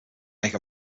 make